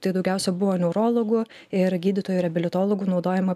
tai daugiausia buvo neurologų ir gydytojų reabilitologų naudojama